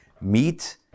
meat